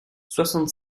soixante